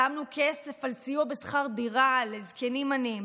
שמנו כסף על סיוע בשכר דירה לזקנים עניים.